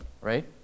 right